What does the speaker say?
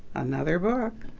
another book,